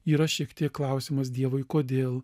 yra šiek tiek klausimas dievui kodėl